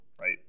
right